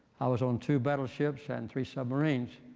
i was on two battleships and three submarines.